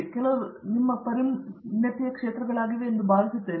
ಇವುಗಳಲ್ಲಿ ಕೆಲವು ನಿಮ್ಮ ಪರಿಣತಿಯ ಕ್ಷೇತ್ರಗಳಾಗಿವೆ ಎಂದು ನಾನು ಭಾವಿಸುತ್ತೇನೆ